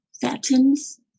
fattens